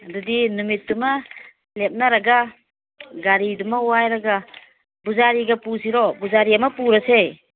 ꯑꯗꯨꯗꯤ ꯅꯨꯃꯤꯠꯇꯨꯃ ꯂꯦꯞꯅꯔꯒ ꯒꯥꯔꯤꯗꯨꯃ ꯋꯥꯏꯔꯒ ꯕꯨꯖꯥꯔꯤꯒ ꯄꯨꯁꯤꯔꯣ ꯕꯨꯖꯥꯔꯤ ꯑꯃ ꯄꯨꯔꯁꯦ